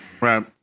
right